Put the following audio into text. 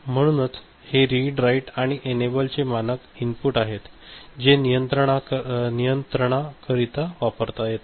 म्हणूनच हे read write आणि एनेबल हे मानक इनपुट आहेतजे नियंत्रणाकरिता वापरता येतात